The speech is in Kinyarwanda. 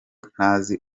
ntazi